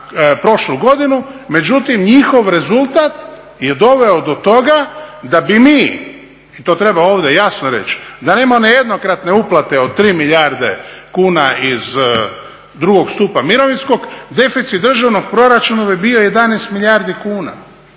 prošlu godinu. Međutim, njihov rezultat je doveo do toga da bi mi, i to treba ovdje jasno reći, da nema one jednokratne uplate od 3 milijarde kuna iz drugog stupa mirovinskog, deficit državnog proračuna bi bio 11 milijardi kuna,